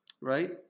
right